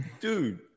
dude